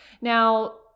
Now